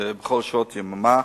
בכל שעות היממה,